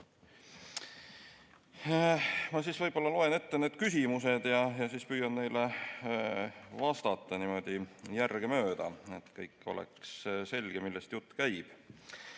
arupärijad! Ma loen ette need küsimused ja püüan neile vastata niimoodi järgemööda, et oleks selge, millest jutt käib.